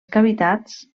cavitats